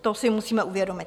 To si musíme uvědomit.